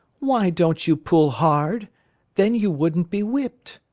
why don't you pull hard then you wouldn't be whipped.